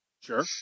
Sure